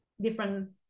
different